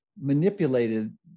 manipulated